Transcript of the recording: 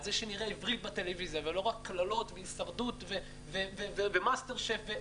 על זה שנקרא עברית בטלוויזיה ולא רק קללות בהישרדות ובמאסטר שף,